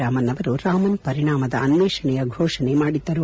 ರಾಮನ್ ಅವರು ರಾಮನ್ ಪರಿಣಾಮದ ಅನ್ನೇಷಣೆಯ ಘೋಷಣೆ ಮಾಡಿದ್ದರು